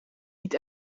niet